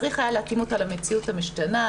צריך היה להתאים אותה למציאות המשתנה,